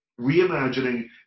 reimagining